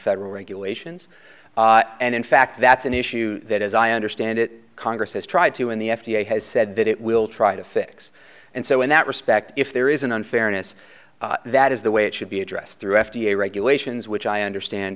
federal regulations and in fact that's an issue that as i understand it congress has tried to in the f d a has said that it will try to fix and so in that respect if there is an unfairness that is the way it should be addressed through f d a regulations which i understand